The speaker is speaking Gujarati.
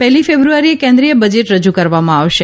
પહેલી ફેબ્રુઆરીએ કેન્દ્રીય બજેટ રજૂ કરવામાં આવશે